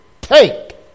take